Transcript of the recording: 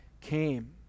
came